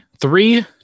three